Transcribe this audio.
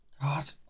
God